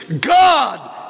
God